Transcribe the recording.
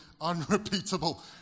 unrepeatable